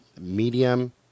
Medium